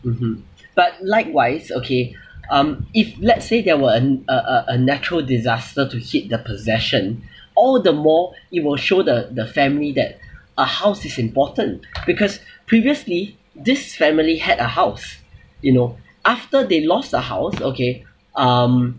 mmhmm but likewise okay um if let's say there were uh n~ uh uh uh natural disaster to hit the possession all the more it will show the the family that a house is important because previously this family had a house you know after they lost the house okay um